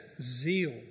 zeal